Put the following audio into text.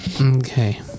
okay